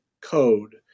code